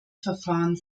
verfahren